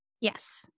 yes